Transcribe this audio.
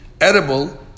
edible